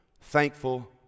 thankful